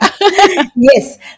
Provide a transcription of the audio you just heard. Yes